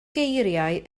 geiriau